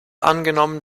angenommen